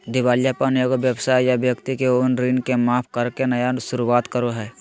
दिवालियापन एगो व्यवसाय या व्यक्ति के उन ऋण के माफ करके नया शुरुआत करो हइ